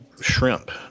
shrimp